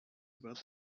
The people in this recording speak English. about